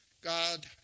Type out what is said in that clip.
God